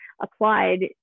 applied